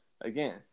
again